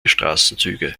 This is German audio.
straßenzüge